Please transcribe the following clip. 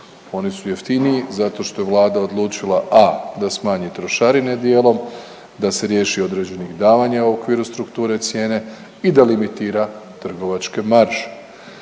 oni su jeftiniji zato što je vlada odlučila a) da smanji trošarine dijelom, da se riješi određenih davanja u okviru strukture cijene i da limitira trgovačke marže.